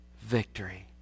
victory